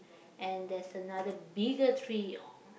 and there's another bigger tree on